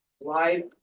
life